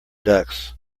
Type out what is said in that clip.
ducks